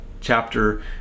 chapter